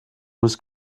was